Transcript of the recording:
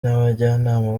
n’abajyanama